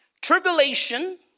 Tribulation